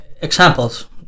examples